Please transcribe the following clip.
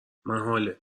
محاله